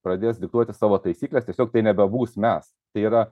pradės diktuoti savo taisykles tiesiog tai nebebus mes tai yra